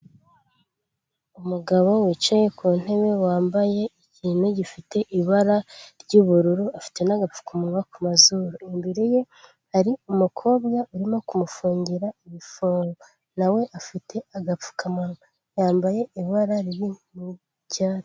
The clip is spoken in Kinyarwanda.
Umugabo wicaye ku ntebe wambaye ikintu gifite ibara ry'ubururu, afite n'agapfukamunwa ku mazuru, imbere ye hari umukobwa urimo kumufungira ibifungo na we afite agapfukamunwa, yambaye ibara riri mu cyatsi.